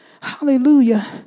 Hallelujah